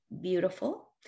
beautiful